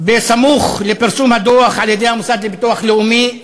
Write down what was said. בסמוך לפרסום הדוח על-ידי המוסד לביטוח לאומי,